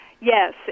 Yes